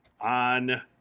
on